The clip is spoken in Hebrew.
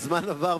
הזמן עבר,